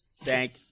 Thank